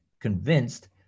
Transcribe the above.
convinced